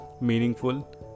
meaningful